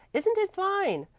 isn't it fine?